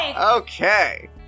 Okay